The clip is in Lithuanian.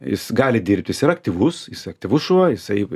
jis gali dirbt jis yra aktyvus jis aktyvus šuo jisai